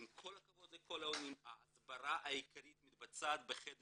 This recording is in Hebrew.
עם כל הכבוד לכל ה- -- ההסברה העיקרית מתבצעת בחדר